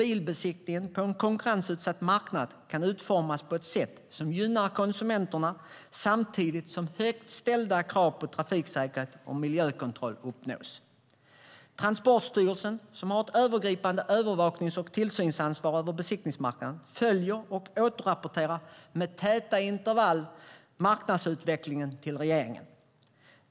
Bilbesiktningen på en konkurrensutsatt marknad kan utformas på ett sätt som gynnar konsumenterna samtidigt som högt ställda krav på trafiksäkerhet och miljökontroll uppnås. Transportstyrelsen, som har ett övergripande övervaknings och tillsynsansvar över besiktningsmarknaden, följer och återrapporterar med täta intervall marknadsutvecklingen till regeringen.